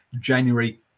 January